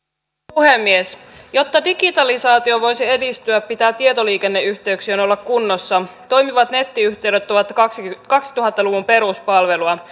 puhemies jotta digitalisaatio voisi edistyä pitää tietoliikenneyhteyksien olla kunnossa toimivat nettiyhteydet ovat kaksituhatta luvun peruspalvelua